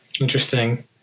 Interesting